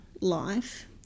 life